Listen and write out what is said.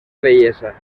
vellesa